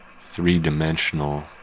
three-dimensional